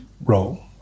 role